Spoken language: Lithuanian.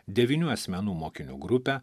devynių asmenų mokinių grupę